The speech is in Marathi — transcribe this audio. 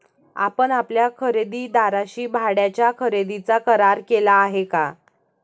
आपण आपल्या खरेदीदाराशी भाड्याच्या खरेदीचा करार केला आहे का?